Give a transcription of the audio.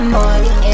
money